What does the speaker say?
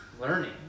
learning